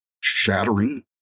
shattering